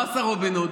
מה עשה רובין הוד?